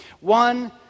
One